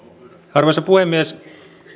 arvoisa puhemies